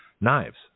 Knives